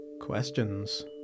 Questions